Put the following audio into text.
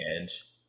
edge